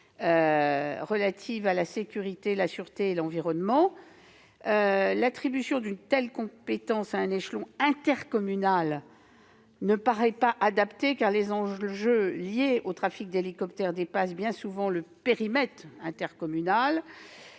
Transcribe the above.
relatives à la sécurité, la sûreté et l'environnement. L'attribution d'une telle compétence à l'échelon intercommunal ne me paraît pas adaptée, car les enjeux liés au trafic d'hélicoptères dépassent bien souvent ce périmètre intercommunal.